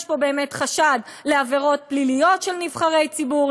יש פה באמת חשד לעבירות פליליות של נבחרי ציבור,